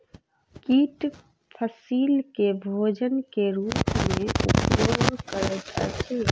कीट फसील के भोजन के रूप में उपयोग करैत अछि